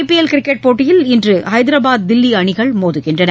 IPL cricket போட்டியில் இன்றுஐதராபாத் தில்லிஅணிகள் மோதுகின்றன